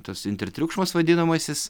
tas intertriukšmas vadinamasis